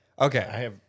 Okay